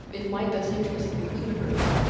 if my best interests includes hers,